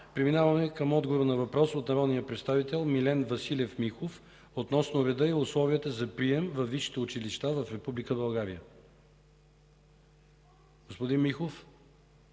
Преминаваме към отговор на въпрос от народния представител Милен Василев Михов относно реда и условията за прием във висшите училища в Република България. Господин Михов?